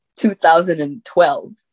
2012